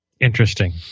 Interesting